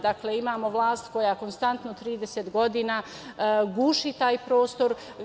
Dakle, imamo vlast koja konstantno 30 godina guši taj prostor.